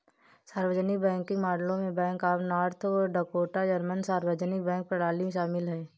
सार्वजनिक बैंकिंग मॉडलों में bank of North Dakota German सार्वजनिक बैंक प्रणाली शामिल है